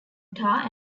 utah